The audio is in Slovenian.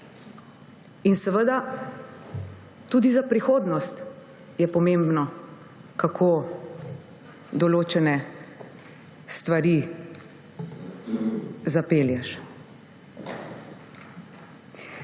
In seveda, tudi za prihodnost je pomembno, kako določene stvari zapelješ.